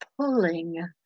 pulling